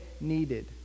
needed